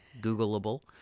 Googleable